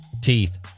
teeth